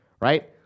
right